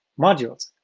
modules,